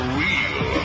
real